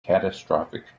catastrophic